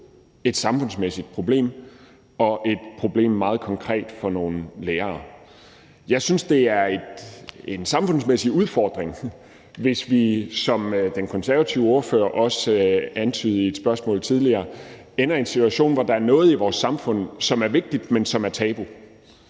et samfundsmæssigt problem og et meget konkret problem for nogle lærere. Jeg synes, det er en samfundsmæssig udfordring, hvis vi, som den konservative ordfører også antydede i et spørgsmål tidligere, ender i en situation, hvor der er noget i vores samfund, som er vigtigt, men som er tabu.